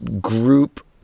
group